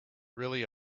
really